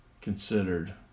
considered